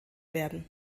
werden